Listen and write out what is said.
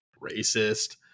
racist